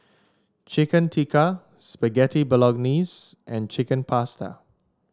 Chicken Tikka Spaghetti Bolognese and Chicken Pasta